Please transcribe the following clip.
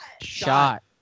shot